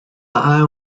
isle